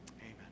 Amen